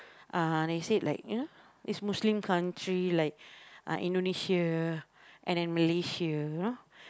uh and they said like you know it's Muslim country like uh Indonesia and then Malaysia you know